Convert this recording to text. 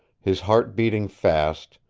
his heart beating fast,